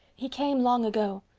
he came long ago,